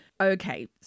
Okay